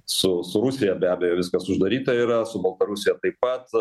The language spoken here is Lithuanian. su rusija be abejo viskas uždaryta yra su baltarusija taip pat